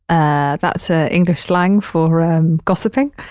ah that's ah english slang for um gossiping.